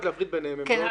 רק להפריד ביניהם -- כן,